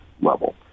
level